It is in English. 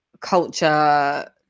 culture